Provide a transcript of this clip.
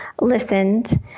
listened